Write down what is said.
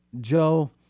Joe